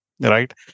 right